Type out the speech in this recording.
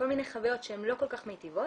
כל מיני חוויות שהן לא כל כך מיטיבות,